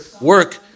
work